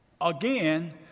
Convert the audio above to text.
Again